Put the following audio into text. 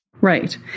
Right